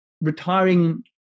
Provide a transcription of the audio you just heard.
retiring